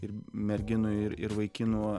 ir merginų ir ir vaikinų